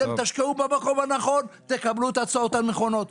אתם תשקיעו במקום הנכון, תקבלו תוצאות נכונות.